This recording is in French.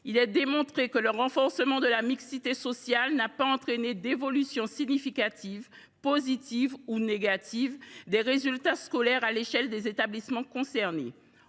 Il est établi que le renforcement de la mixité sociale n’a pas entraîné d’évolution significative, positive ou négative, des résultats scolaires à l’échelle des établissements concernés.